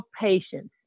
patience